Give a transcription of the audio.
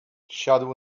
siadł